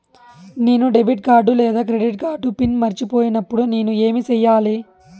నేను debit card లేదా credit card pin మర్చిపోయినప్పుడు నేను ఏమి సెయ్యాలి?